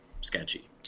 sketchy